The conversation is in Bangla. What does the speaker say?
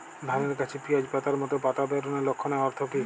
ধানের গাছে পিয়াজ পাতার মতো পাতা বেরোনোর লক্ষণের অর্থ কী?